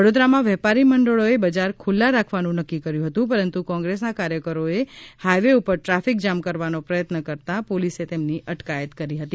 વડોદરામાં વેપારી મંડળોએ બજાર ખુલ્લા રાખવાનું નક્કી કર્યું હતું પરંતુ કોંગ્રેસના કાર્યકરો એ હાઇવે ઉપર ટ્રાફિક જામ કરવાનો પ્રયત્ન કરતાં પોલિસે તેમની અટકાયત કરી હતી